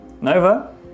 Nova